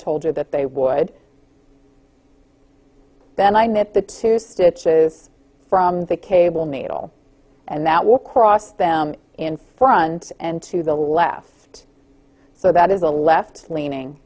told you that they would then i knit the two stitches from the cable needle and that will cross them in front and to the left so that is a left leaning